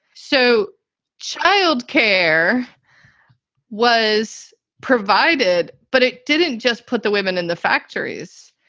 so child care was provided, but it didn't just put the women in the factories,